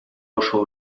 oso